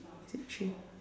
train